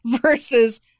versus